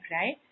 right